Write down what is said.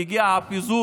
כי הגיע הפיזור